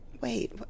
Wait